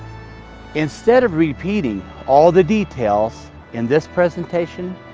instead of repeating all the details in this presentation,